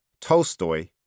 Tolstoy